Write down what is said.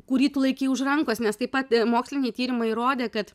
kurį tu laikei už rankos nes taip pat moksliniai tyrimai įrodė kad